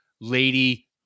Lady